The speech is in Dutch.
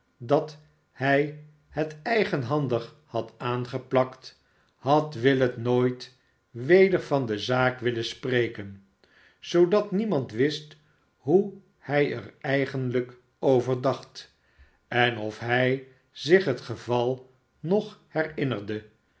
dat hij het eigenhandig had aangeplakt had willet nooit weder van de zaak willen spreken zoodat niemand wist hoe hij er eigenlijk over dacht en of hij zich het geval nog herinnerde